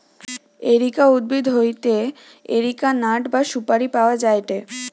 areca উদ্ভিদ হইতে areca nut বা সুপারি পাওয়া যায়টে